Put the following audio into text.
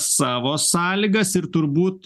savo sąlygas ir turbūt